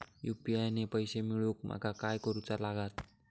UPI ने पैशे मिळवूक माका काय करूचा लागात?